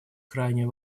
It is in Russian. крайне